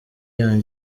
yanjye